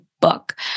book